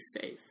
safe